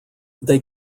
they